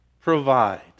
provide